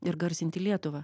ir garsinti lietuvą